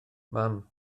mam